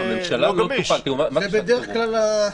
זה מה שקורה בדרך כלל.